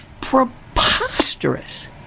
preposterous